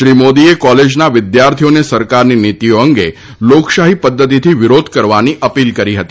શ્રી મોદીએ કોલેજના વિદ્યાર્થીઓને સરકારની નીતીઓ અંગે લોકશાહી પદ્ધતિથી વિરોધ કરવાની અપીલ કરી હતી